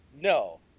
no